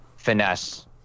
finesse